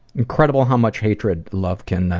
incredible how much hatred love can,